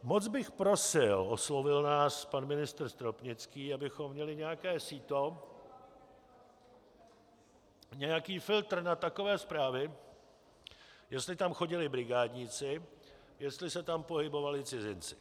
Moc bych prosil, oslovil nás pan ministr Stropnický, abychom měli nějaké síto, nějaký filtr na takové zprávy, jestli tam chodili brigádnici, jestli se tam pohybovali cizinci.